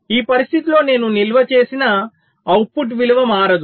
ఈ పరిస్థితిలో నేను నిల్వ చేసినా అవుట్పుట్ విలువ మారదు